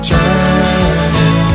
Turning